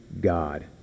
God